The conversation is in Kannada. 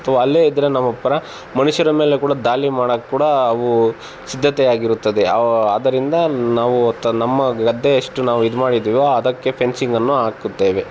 ಸೊ ಅಲ್ಲೇ ಇದ್ದರೆ ನಾವು ಪರ ಮನುಷ್ಯರ ಮೇಲೆ ಕೂಡ ದಾಳಿ ಮಾಡೋಕ್ ಕೂಡಾ ಅವು ಸಿದ್ಧತೆಯಾಗಿರುತ್ತದೆ ಅವು ಆದ್ದರಿಂದ ನಾವು ತ ನಮ್ಮ ಗದ್ದೆ ಎಷ್ಟು ನಾವು ಇದು ಮಾಡಿದ್ದೀವೋ ಅದಕ್ಕೆ ಫೆನ್ಸಿಂಗನ್ನು ಆಕುತ್ತೇವೆ